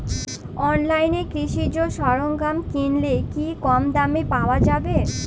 অনলাইনে কৃষিজ সরজ্ঞাম কিনলে কি কমদামে পাওয়া যাবে?